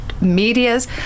medias